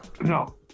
No